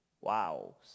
Wow